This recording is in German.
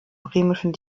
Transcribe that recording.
bremischen